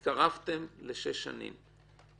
התקרבתם לשש שנים.